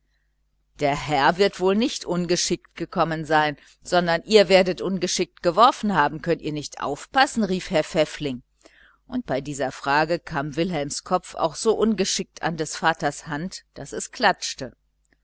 der herr wird wohl nicht ungeschickt gekommen sein sondern ihr werdet ungeschickt geworfen haben könnt ihr nicht aufpassen rief herr pfäffling und bei dieser frage kam wilhelms kopf auch so ungeschickt an des vaters hand daß es klatschte